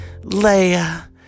Leia